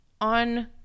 on